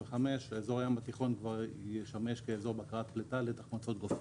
אזור היום התיכון ישמש כאזור בקרת פליטה לתחמוצות גופרית.